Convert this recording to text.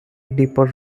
deeper